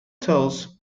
tells